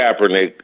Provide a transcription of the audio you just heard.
Kaepernick